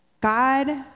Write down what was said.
God